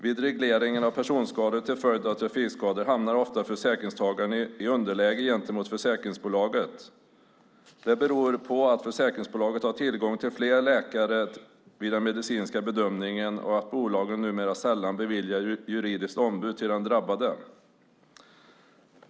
Vid regleringen av personskador till följd av trafikskador hamnar försäkringstagaren ofta i underläge gentemot försäkringsbolaget. Det beror på att försäkringsbolaget vid den medicinska bedömningen har tillgång till fler läkare och på att bolagen numera sällan beviljar den drabbade ett juridiskt ombud.